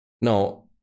now